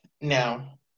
Now